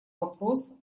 вопрос